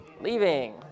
Leaving